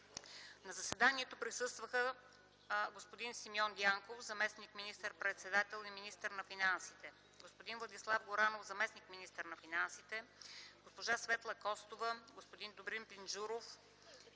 На заседанието присъстваха господин Симеон Дянков – заместник министър-председател и министър на финансите; господин Владислав Горанов – заместник-министър на финансите; госпожа Светла Костова; господин Добрин Пинджуров